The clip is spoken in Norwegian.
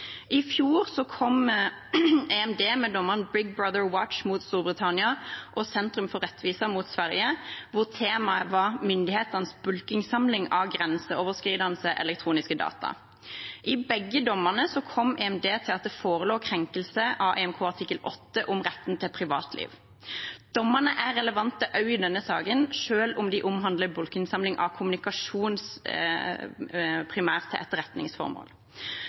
I fjor kom med EMD med dommene Big Brother Watch mot Storbritannia og Centrum for Rättvisa mot Sverige, hvor temaet var myndighetenes bulkinnsamling av grenseoverskridende elektronisk data. I begge dommene kom EMD til at det forelå en krenkelse av EMK art. 8 om retten til privatliv. Dommene er relevante også i denne saken, selv om de omhandler bulkinnsamling av kommunikasjon primært til etterretningsformål.